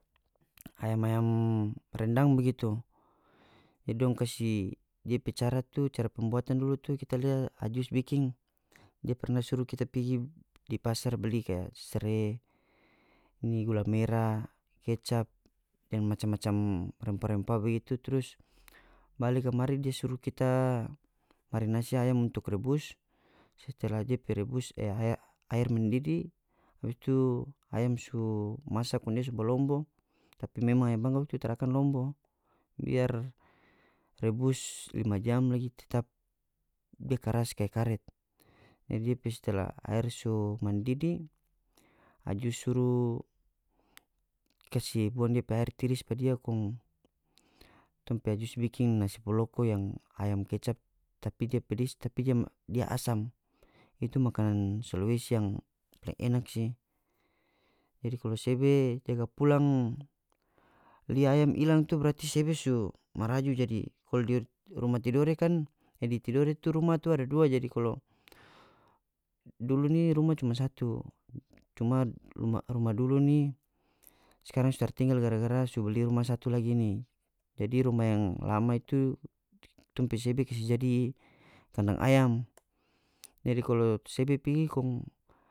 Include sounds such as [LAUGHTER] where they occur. Ayam-ayam rendang bagitu jadi dong kasi dia pe cara tu cara pembuatan dulu tu kita lia ajus biking dia perna suru kita pigi di pasar beli kaya sere ini gula merah kecap dan macam-macam rempah-rempah begitu tu trus bale kamari dia suru kita [UNINTELLIGIBLE] ayam untuk rebus setelah dia pe rebus e [HESITATION] aer mendidih abis itu ayam su masa kong dia so balombo tapi memang ayam bangkok tu tara akan lombo biar rebus lima jam lagi tetap dia karas kaya karet jadi dia pe setelah aer so mandidih ajus suru kase buang depe aer tiris pa dia kong tong pe ajus bikin nasi poloko yang ayam kecap tapi dia padis tapi dia dia asam itu makanan sulawesi yang yang enak si jadi kalu sebe jaga pulang liat ayam ilang itu berarti sebe su maraju jadi kalu di rumah tidore kan yang di tidore rumah tu rumah tu ada dua jadi kalo dulu ni rumah cuma satu cuma rumah rumah dulu ni skarang so tara tinggal gara-gara su bali rumah satu lagi ini jadi rumah yang lama itu tong pe sebe kase jadi kandang ayam jadi kalo sebe pigi kong.